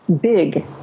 big